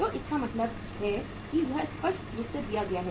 तो इसका मतलब है कि यह स्पष्ट रूप से दिया गया है